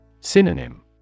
Synonym